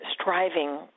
striving